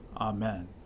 Amen